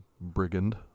brigand